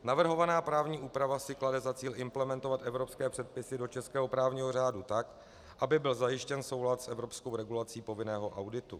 Navrhovaná právní úprava si klade za cíl implementovat evropské předpisy do českého právního řádu tak, aby byl zajištěn soulad s evropskou regulací povinného auditu.